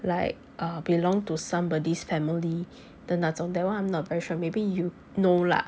like err belong to somebody's family the 那种 that one I'm not very sure maybe you know lah